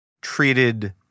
treated